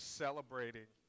celebrating